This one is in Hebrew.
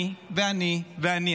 אני ואני ואני,